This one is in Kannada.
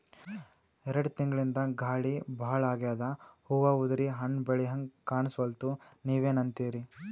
ಎರೆಡ್ ತಿಂಗಳಿಂದ ಗಾಳಿ ಭಾಳ ಆಗ್ಯಾದ, ಹೂವ ಉದ್ರಿ ಹಣ್ಣ ಬೆಳಿಹಂಗ ಕಾಣಸ್ವಲ್ತು, ನೀವೆನಂತಿರಿ?